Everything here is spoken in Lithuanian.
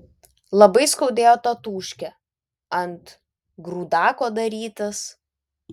labai skaudėjo tatūškę ant grūdako darytis